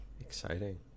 exciting